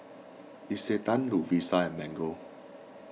Isetan Lovisa and Mango